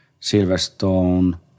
Silverstone